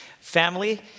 family